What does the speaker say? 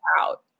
out